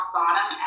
bottom